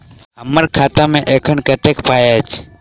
हम्मर खाता मे एखन कतेक पाई अछि?